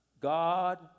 God